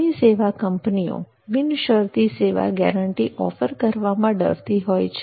ઘણી સેવા કંપનીઓ બિનશરતી સેવા ગેરંટી ઓફર કરવામાં ડરતી હોય છે